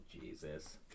Jesus